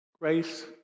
Grace